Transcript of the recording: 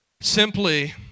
simply